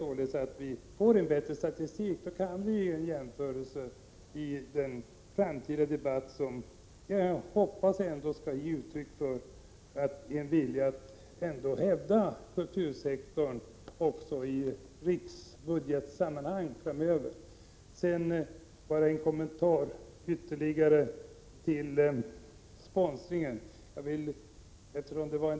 Med en bättre statistik kan det göras jämförelser i framtida debatter, där jag hoppas att det kommer ges uttryck för en vilja att hävda kultursektorn också i riksbudgetssammanhang. Jag skall bara göra en kommentar om sponsring.